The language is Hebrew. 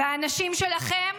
והאנשים שלך הם